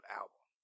album